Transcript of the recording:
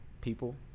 people